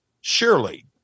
Surely